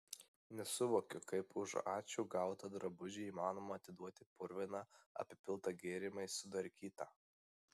nesuvokiu kaip už ačiū gautą drabužį įmanoma atiduoti purviną apipiltą gėrimais sudarkytą